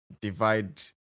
divide